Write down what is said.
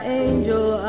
angel